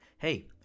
Hey